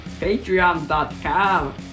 patreon.com